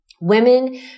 Women